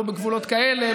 לא בגבולות כאלה,